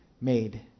made